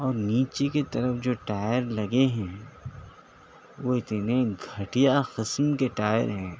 اور نیچے کے طرف جو ٹائر لگے ہیں وہ اتنے گھٹیا کے قسم کے ٹائر ہیں